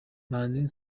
manzi